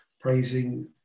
praising